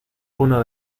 uno